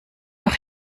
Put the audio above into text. noch